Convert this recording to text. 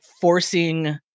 forcing